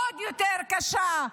עוד יותר קשה,